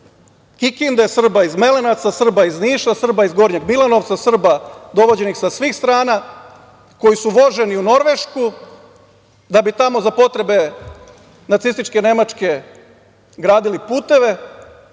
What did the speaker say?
Kikinde, Srba iz Melenaca, Srba iz Niša, Srba iz Gornjeg Milanovca, Srba dovođenih sa svih strana, koji su voženi u Norvešku, da bi tamo za potrebe nacističke Nemačke gradili puteve.